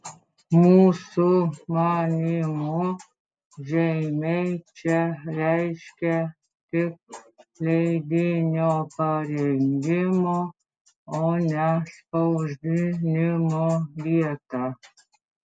mūsų manymu žeimiai čia reiškia tik leidinio parengimo o ne spausdinimo vietą